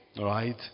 Right